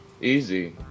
Easy